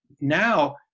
now